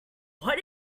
what